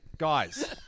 Guys